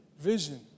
vision